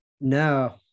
No